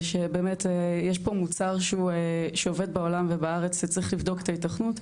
ויש פה מוצר שעובד בעולם ובארץ וצריך לבדוק את ההיתכנות,